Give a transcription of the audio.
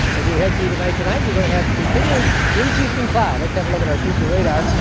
as we head through the night tonight, we're going to have continuing increasing cloud. let's have a look at our future radar,